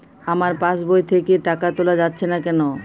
আমার পাসবই থেকে টাকা তোলা যাচ্ছে না কেনো?